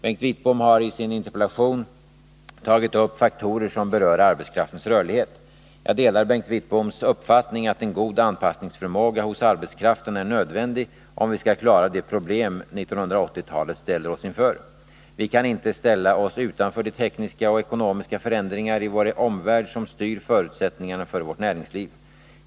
Bengt Wittbom har i sin interpellation tagit upp faktorer som berör arbetskraftens rörlighet. Jag delar Bengt Wittboms uppfattning att en god anpassningsförmåga hos arbetskraften är nödvändig, om vi skall klara de problem 1980-talet ställer oss inför. Vi kan inte ställa oss utanför de tekniska och ekonomiska förändringar i vår omvärld som styr förutsättningarna för vårt näringsliv.